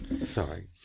Sorry